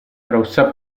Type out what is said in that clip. rossa